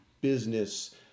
business